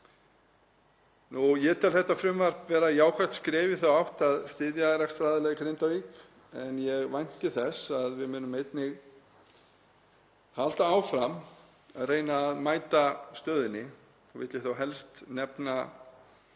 Ég tel þetta frumvarp vera jákvætt skref í þá átt að styðja rekstraraðila í Grindavík en ég vænti þess að við munum einnig halda áfram að reyna að mæta stöðunni. Vil ég þá helst nefna